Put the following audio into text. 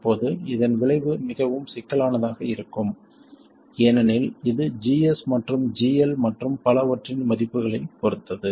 இப்போது இதன் விளைவு மிகவும் சிக்கலானதாக இருக்கும் ஏனெனில் இது GS மற்றும் GL மற்றும் பலவற்றின் மதிப்புகளைப் பொறுத்தது